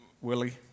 Willie